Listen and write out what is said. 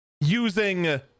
using